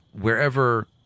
wherever